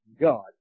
God